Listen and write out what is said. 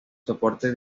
soporte